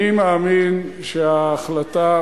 אני מאמין שההחלטה